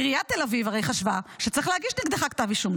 עיריית תל אביב הרי חשבה שצריך להגיש נגדך כתב אישום,